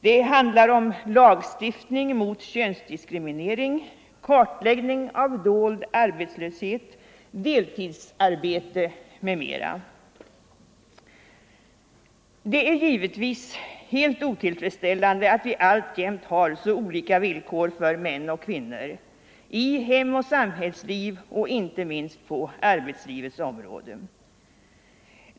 Det handlar om lagstiftning mot könsdiskriminering, kartläggning av dold arbetslöshet, deltidsarbete m.m. Det är givetvis helt otillfredsställande att vi alltjämt har så olika villkor för män och kvinnor i hem och samhällsliv och inte minst på arbetslivets område.